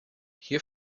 hier